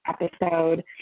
episode